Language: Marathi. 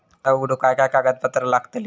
खाता उघडूक काय काय कागदपत्रा लागतली?